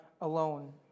alone